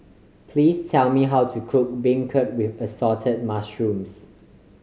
please tell me how to cook beancurd with Assorted Mushrooms